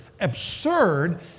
absurd